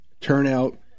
Turnout